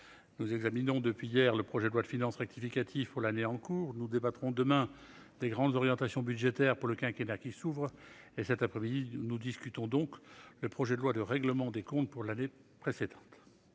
nous examinons depuis hier le projet de loi de finances rectificative pour l'année en cours, nous débattrons demain des grandes orientations budgétaires pour le quinquennat qui s'ouvre et, cet après-midi, nous discutons donc du projet de loi de règlement des comptes pour l'année précédente.